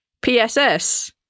PSS